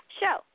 show